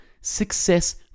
success